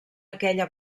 aquella